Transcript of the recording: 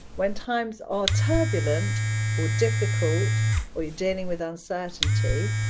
when times are turbulent or difficult or you're dealing with uncertainty,